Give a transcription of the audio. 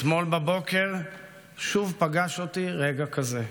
אתמול בבוקר שוב פגש אותי רגע כזה,